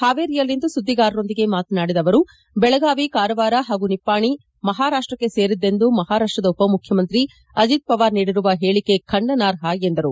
ಹಾವೇರಿಯಲ್ಲಿಂದು ಸುದ್ದಿಗಾರರೊಂದಿಗೆ ಮಾತನಾಡಿದ ಅವರು ಬೆಳಗಾವಿ ಕಾರವಾರ ಹಾಗೂ ನಿಪ್ಪಾಣಿ ಮಹಾರಾಷ್ಟಕ್ಕೆ ಸೇರಿದ್ದೆಂದು ಮಹಾರಾಷ್ಟದ ಉಪಮುಖ್ಯಮಂತ್ರಿ ಅಜಿತ್ ಪವಾರ್ ನೀಡಿರುವ ಹೇಳಿಕೆ ಖಂಡನಾರ್ಹ ಎಂದರು